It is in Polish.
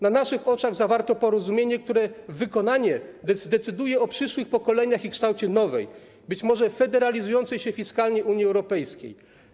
Na naszych oczach zawarto porozumienie, którego wykonanie decyduje o przyszłych pokoleniach i kształcie nowej, być może federalizującej się fiskalnie Unii Europejskiej.